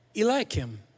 Eliakim